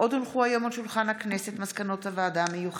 החל בהצעת חוק שמספרה פ/1963/23